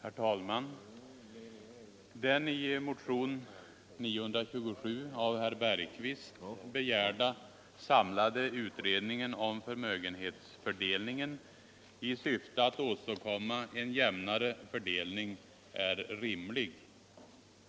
Herr talman! Den i motionen 927 av herr Bergqvist begärda samlade utredningen om förmögenhetsfördelningen i syfte att åstadkomma en jämnare fördelning är rimlig.